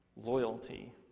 loyalty